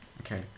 Okay